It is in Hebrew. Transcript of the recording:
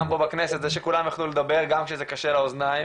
גם פה בכנסת, גם כשזה קשה לאוזניים.